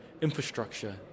infrastructure